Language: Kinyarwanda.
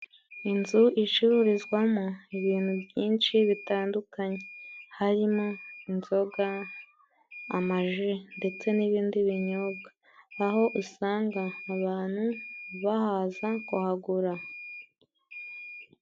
Inzu icururizwamo ibintu byinshi bitandukanye harimo inzoga amaji ndetse n'ibindi binyobwa, aho usanga abantu bahaza kuhagura.